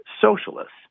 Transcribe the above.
socialists